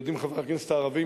יודעים חברי הכנסת הערבים,